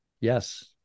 Yes